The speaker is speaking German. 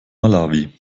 malawi